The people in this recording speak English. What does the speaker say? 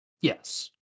Yes